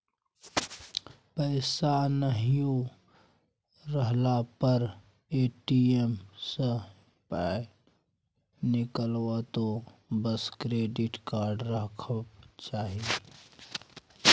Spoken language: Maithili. पैसा नहियो रहला पर ए.टी.एम सँ पाय निकलतौ बस क्रेडिट कार्ड रहबाक चाही